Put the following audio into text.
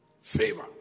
Favor